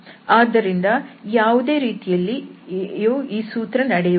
ಆದ್ದರಿಂದ ಯಾವುದೇ ರೀತಿಯಲ್ಲಿ ಈ ಸೂತ್ರವು ನಡೆಯುವುದಿಲ್ಲ